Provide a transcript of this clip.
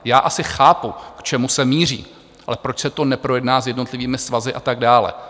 Já asi chápu, k čemu se míří, ale proč se to neprojedná s jednotlivými svazy a tak dále?